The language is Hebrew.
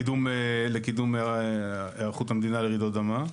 לקידום היערכות המדינה לרעידות אדמה.